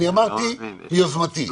אני אמרתי מיוזמתי,